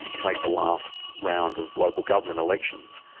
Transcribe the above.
take the last round of local government elections,